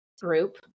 group